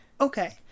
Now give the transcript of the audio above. okay